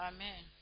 Amen